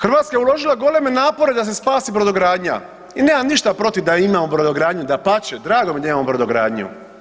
Hrvatska je uložila goleme napore da se spasi brodogradnja i nemam ništa protiv da imamo brodogradnju, dapače drago mi je da imamo brodogradnju.